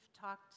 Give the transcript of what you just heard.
talked